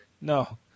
No